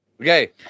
Okay